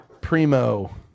primo